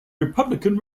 republican